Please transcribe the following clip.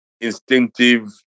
instinctive